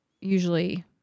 usually